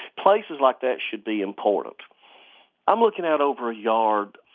places like that should be important i'm looking out over a yard.